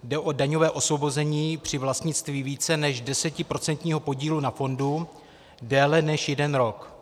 Jde o daňové osvobození při vlastnictví více než desetiprocentního podílu na fondu déle než jeden rok.